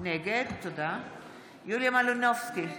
נגד יוליה מלינובסקי,